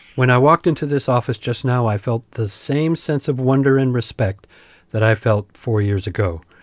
when i walked into this office just now, i felt the same sense of wonder and respect that i felt four years ago.